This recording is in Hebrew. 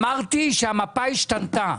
אמרתי שהמפה השתנתה,